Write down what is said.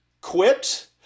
quit